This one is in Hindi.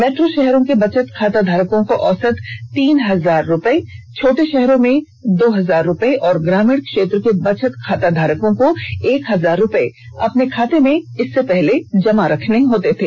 मेट्रो शहरों के बचत खाता धारकों को औसत तीन हजार रुपये छोटे षहरों में दो हजार रुपये और ग्रामीण क्षेत्र के बचत खाता धारकों को एक हजार रुपये अपने खाते में रखने होते थे